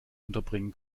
unterbringen